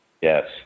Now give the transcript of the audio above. Yes